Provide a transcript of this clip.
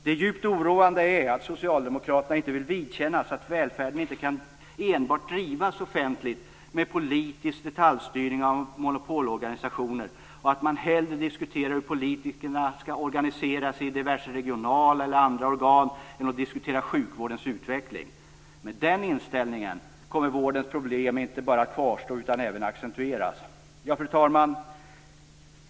Det djupt oroande är att socialdemokraterna inte vill vidkännas att välfärden inte enbart kan drivas offentligt med politisk detaljstyrning av monopolorganisationer och att man hellre diskuterar hur politikerna skall organisera sig i diverse regionala eller andra organ än diskuterar sjukvårdens utveckling. Med den inställningen kommer vårdens problem inte bara att kvarstå utan även accentueras. Fru talman!